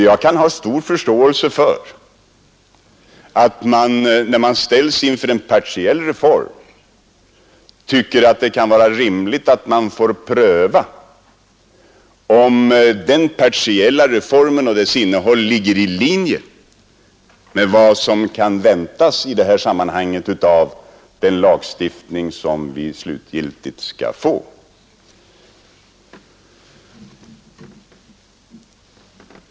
Jag kan ha stor förståelse för att man, när man ställs inför en partiell reform, tycker att det kan vara rimligt att få pröva om den partiella reformen och dess innehåll ligger i linje med vad som i det här sammanhanget kan väntas av den lagstiftning som vi slutgiltigt skall få.